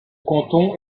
canton